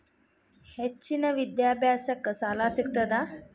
ಹೆಚ್ಚಿನ ವಿದ್ಯಾಭ್ಯಾಸಕ್ಕ ಸಾಲಾ ಸಿಗ್ತದಾ?